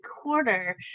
quarter